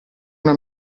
una